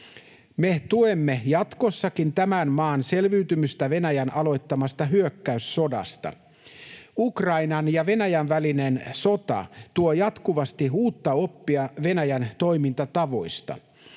Me tuemme jatkossakin tämän maan selviytymistä Venäjän aloittamasta hyök-käyssodasta. Ukrainan ja Venäjän välinen sota tuo jatkuvasti uutta oppia Venäjän toimintatavoista.